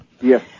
Yes